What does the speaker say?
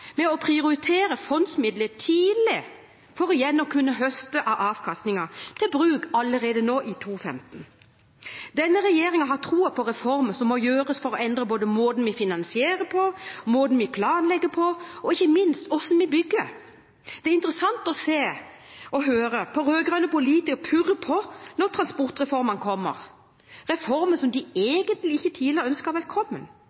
å prioritere fondsmidler tidlig, for igjen å kunne høste av avkastningen til bruk allerede i 2015. Denne regjeringen har troen på reformer for både å endre måten vi finansierer på, måten vi planlegger på, og ikke minst hvordan vi bygger. Det er interessant å høre rød-grønne politikere purre på når transportreformene kommer – reformer som de